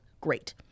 Great